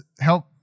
Help